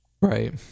right